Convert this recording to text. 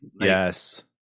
Yes